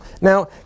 Now